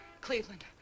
Cleveland